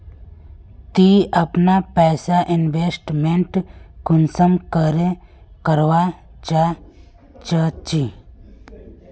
ती अपना पैसा इन्वेस्टमेंट कुंसम करे करवा चाँ चची?